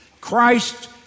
Christ